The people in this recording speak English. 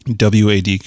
WAD